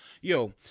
Yo